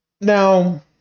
now